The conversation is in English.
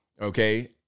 Okay